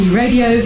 radio